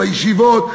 בישיבות,